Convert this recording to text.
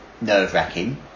nerve-wracking